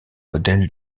modèles